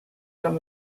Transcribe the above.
from